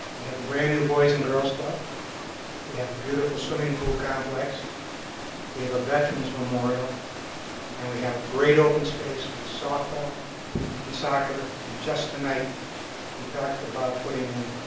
we have a brand new boys and girls club we have a beautiful swimming pool complex we have a veterans memorial and we have great open space with softball and soccer and just tonight we talked about putting in